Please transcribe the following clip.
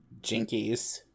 Jinkies